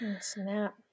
snap